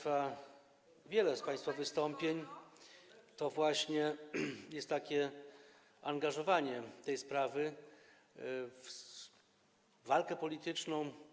Wiele z państwa wystąpień to właśnie jest angażowanie tej sprawy w walkę polityczną.